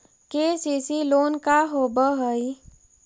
KCC loan का होब हइ?